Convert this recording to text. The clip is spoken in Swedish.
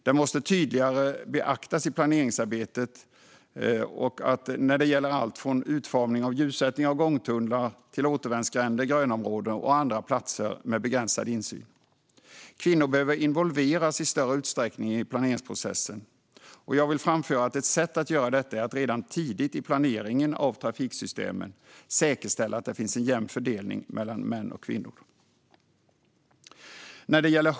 Detta måste tydligare beaktas i planeringsarbetet när det gäller allt från utformning och ljussättning av gångtunnlar till återvändsgränder, grönområden och andra platser med begränsad insyn. Kvinnor behöver i större utsträckning involveras i planeringsprocessen. Jag vill framföra att ett sätt att göra detta är att redan tidigt i planeringen av trafiksystemen säkerställa att det finns en jämn fördelning mellan män och kvinnor. Fru talman!